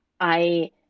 I-